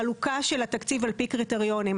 חלוקה של התקציב על פי קריטריונים,